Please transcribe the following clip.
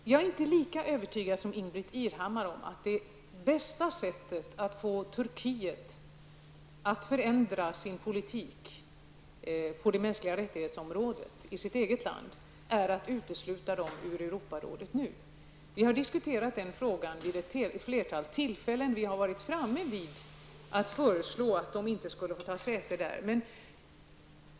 Jag är inte lika övertygad som Ingbritt Irhammar om att det bästa sättet att få Turkiet att förändra sin politik på MR-området i sitt eget land är att nu utesluta Turkiet ur Europarådet. Vi har diskuterat frågan vid ett flertal tillfällen, och vi har varit framme vid att föreslå att Turkiet inte skall ha säte där.